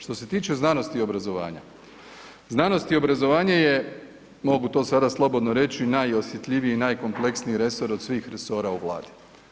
Što se tiče znanosti i obrazovanja, znanost i obrazovanje je mogu to sada slobodno reći, najosjetljiviji i najkompleksniji resor od svih resora u Vladi.